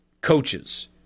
coaches